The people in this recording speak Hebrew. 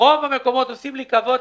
רוב המקומות עושים לי כבוד,